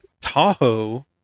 Tahoe